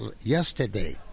yesterday